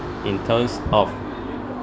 in terms of